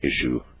issue